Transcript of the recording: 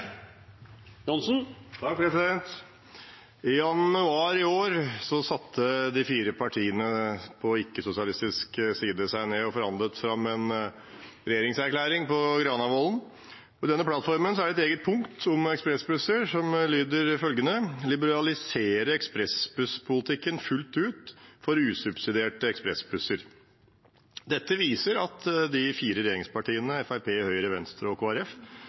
I januar i år satte de fire partiene på ikke-sosialistisk side seg ned og forhandlet fram en regjeringserklæring på Granavolden. I denne plattformen er det et eget punkt om ekspressbusser, som lyder som følger: «Liberalisere ekspressbusspolitikken fullt ut for usubsidierte ekspressbusser.» Dette viser at de fire regjeringspartiene, Fremskrittspartiet, Høyre, Venstre og